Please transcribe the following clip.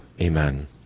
Amen